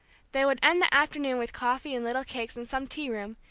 they would end the afternoon with coffee and little cakes in some tea-room,